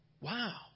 Wow